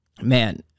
Man